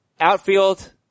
Outfield